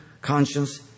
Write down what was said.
conscience